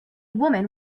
woman